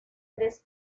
tres